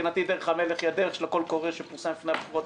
ומבחינתי דרך המלך היא הדרך של הקול קורא שפורסם לפני הבחירות,